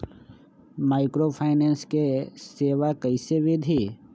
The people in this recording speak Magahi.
माइक्रोफाइनेंस के सेवा कइसे विधि?